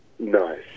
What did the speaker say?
Nice